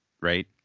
right